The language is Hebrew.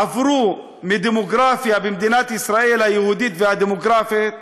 עברו מדמוגרפיה במדינת ישראל היהודית והדמוגרפית